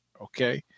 Okay